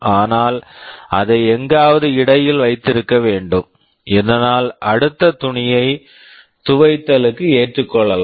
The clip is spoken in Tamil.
நீங்கள் அதை எங்காவது இடையில் வைத்திருக்க வேண்டும் இதனால் அடுத்த துணியை துவைத்தலுக்கு ஏற்றுக்கொள்ளலாம்